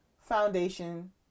foundation